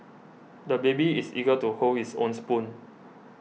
the baby is eager to hold his own spoon